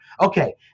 Okay